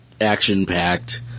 action-packed